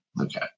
Okay